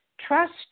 Trust